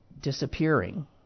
disappearing